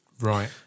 Right